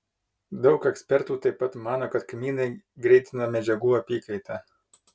daug ekspertų taip pat mano kad kmynai greitina medžiagų apykaitą